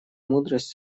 мудрость